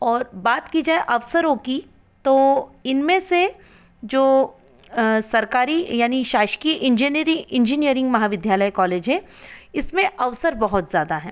और बात की जाए अवसरों की तो इनमें से जो सरकारी यानि शासकीय इंजीनियरी इंजीनियरिंग महाविद्यालय कॉलेज है इसमें अवसर बहुत ज़्यादा हैं